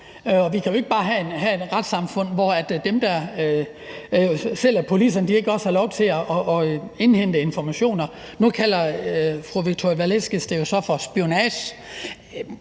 vi kan jo ikke bare have et retssamfund, hvor dem, der sælger policerne, ikke også har lov til at indhente informationer. Nu kalder fru Victoria Velasquez det jo så for spionage.